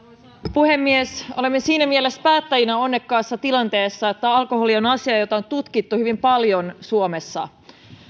puhemies olemme siinä mielessä päättäjinä onnekkaassa tilanteessa että alkoholi on asia jota on tutkittu hyvin paljon suomessa